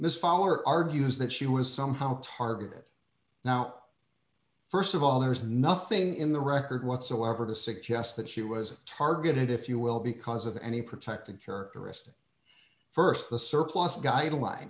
miss fall or argues that she was somehow targeted now first of all there's nothing in the record whatsoever to suggest that she was targeted if you will because of any protective characteristics st the surplus guidelines